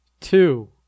two